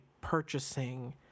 purchasing